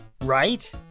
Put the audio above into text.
right